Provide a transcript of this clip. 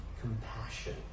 compassion